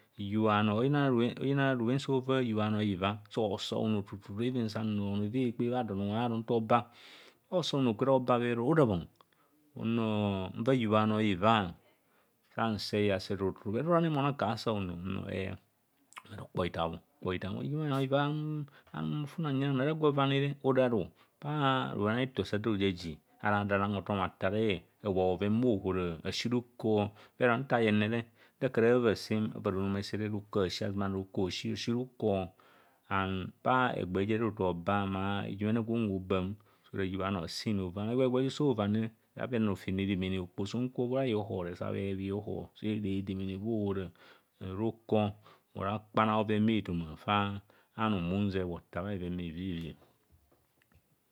Hiyubha dhano, oyina robhen so ovahiyubha a bhano hina sa osa hono tutu even san no onoo eveee ekpee bhadon unwe aro nto oba unro nwa hiyubha a banoo hnva, san nseiyaase tutu, bhero horani maonang akubho asa- hono uno ee, bhero kpo hithabho, kpo hithaa bho. Hiyubha bhano hiiva anum ofune hanye nan. aragwo avaani bhoneator sa ada rojaji aru ada anag hothom athare abhoa bhoven bhaohara asi ruko, bhero ntayeng re nta akura ava sem azumana ruko hosi, si ruko, ma bha egbee jee ohuma osa bhm ma ujumene gw unwe obam ora hiyubha bhano siin ame ova. egbeeoho egbee gwaa ame oso ova anire san bhenang rofem redemene okpoho sa hnkubho bha bhihoh bhereb bhihoho.